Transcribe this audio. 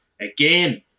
again